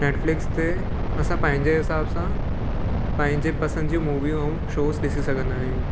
Netflix ते असां पंहिंजे हिसाब सां पंहिंजे पसंदि जी मूवियूं ऐं शोस ॾिसी सघंदा आहियूं